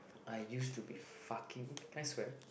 I used to be fucking can I swear